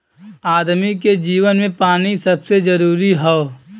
आदमी के जीवन मे पानी सबसे जरूरी हौ